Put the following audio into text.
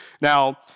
Now